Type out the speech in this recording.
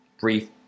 brief